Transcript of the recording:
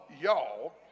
y'all